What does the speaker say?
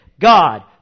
God